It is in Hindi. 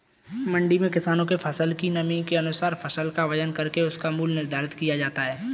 मंडी में किसानों के फसल की नमी के अनुसार फसल का वजन करके उसका मूल्य निर्धारित किया जाता है